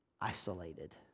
isolated